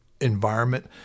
environment